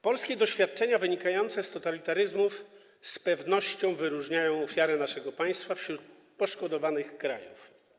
Polskie doświadczenia wynikające z totalitaryzmów z pewnością wyróżniają ofiarę naszego państwa wśród poszkodowanych krajów.